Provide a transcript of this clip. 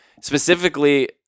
Specifically